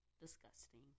disgusting